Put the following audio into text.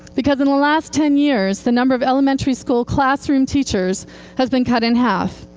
because in the last ten years, the number of elementary school classroom teachers has been cut in half.